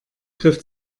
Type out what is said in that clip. griff